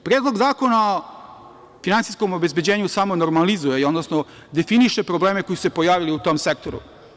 Predlog zakona o finansijskom obezbeđenju samo normalizuje, odnosno definiše probleme koji su se pojavili u tom sektoru.